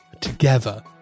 together